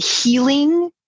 healing